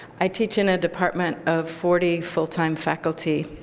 i teach in a department of forty full-time faculty,